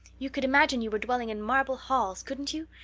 you could imagine you were dwelling in marble halls, couldn't you?